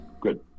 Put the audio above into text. Good